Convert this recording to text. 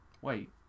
Wait